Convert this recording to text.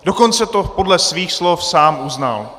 Dokonce to podle svých slov sám uznal.